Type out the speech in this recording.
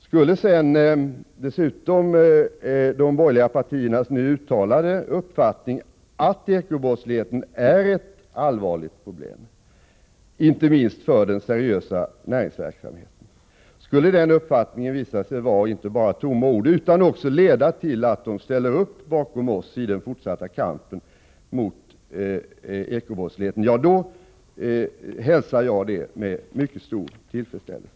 Skulle sedan dessutom de borgerliga partiernas uttalanden att eko-brottsligheten är ett allvarligt problem, inte minst för den seriösa näringsverksamheten, visa sig vara inte bara tomma ord utan leda till att partierna ställer upp bakom oss i den fortsatta kampen mot eko-brottsligheten, hälsar jag det med mycket stor tillfredsställelse.